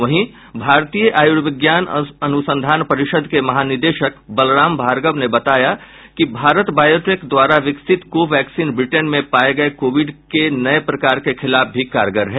वहीं भारतीय आयुर्विज्ञान अनुसंधान परिषद के महानिदेशक बलराम भार्गव ने बताया कि भारत बायोटेक द्वारा विकसित कोवैक्सीन ब्रिटेन में पाए गए कोविड के नए प्रकार के खिलाफ भी कारगर है